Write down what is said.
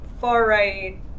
far-right